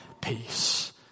peace